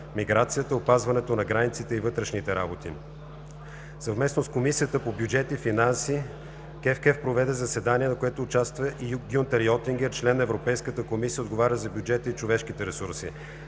миграцията, опазването на границите и вътрешните работи. Съвместно с Комисията по бюджет и финанси КЕВКЕФ проведе заседание, на което участва и Гюнтер Йотингер – член на Европейската комисия, отговарящ за бюджета и човешките ресурси.